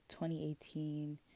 2018